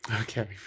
Okay